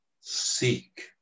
seek